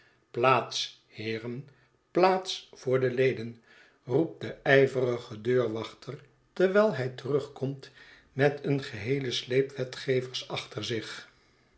heeren plaats voor de leden i roept de ijverige deurwachter terwijl hij terugkomt met een geheelen sleep wetgevers achter zich